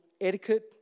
etiquette